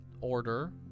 order